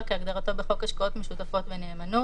כהגדרתו בחוק השקעות משותפות בנאמנות,